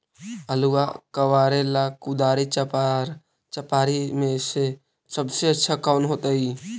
आलुआ कबारेला कुदारी, चपरा, चपारी में से सबसे अच्छा कौन होतई?